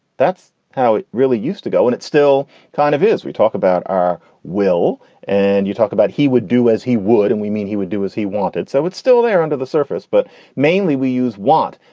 that's how it really used to go. and it's still kind of is. we talk about our will and you talk about he would do as he would and we mean he would do as he wanted. so it's still there under the surface. but mainly we use what?